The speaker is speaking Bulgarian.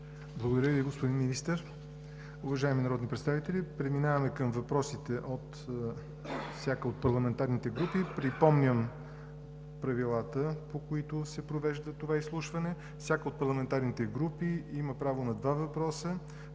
Благодаря Ви, господин Министър. Уважаеми народни представители, преминаваме към въпросите от всяка парламентарна група. Припомням правилата, по които се провежда това изслушване: всяка от парламентарните групи има право на два въпроса